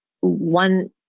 one